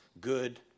good